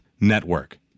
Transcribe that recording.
network